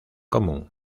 común